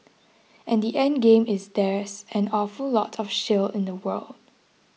and the endgame is there's an awful lot of shale in the world